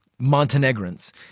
montenegrins